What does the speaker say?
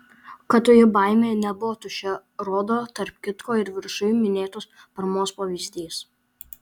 kad toji baimė nebuvo tuščia rodo tarp kitko ir viršuj minėtos parmos pavyzdys